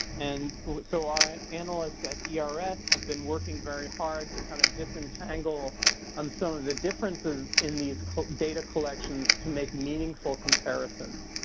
and so our analysts at ers have been working very hard to kind of disentangle some um so of the differences in these data collections to make meaningful comparisons.